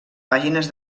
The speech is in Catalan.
pàgines